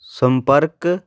ਸੰਪਰਕ